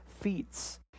feats